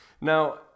Now